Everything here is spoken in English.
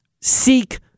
seek